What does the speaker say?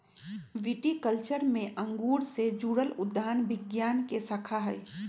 viticulture में अंगूर से जुड़ल उद्यान विज्ञान के शाखा हई